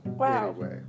Wow